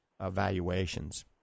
evaluations